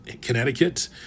connecticut